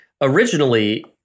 originally